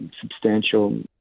substantial